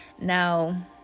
now